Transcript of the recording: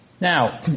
Now